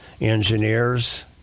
engineers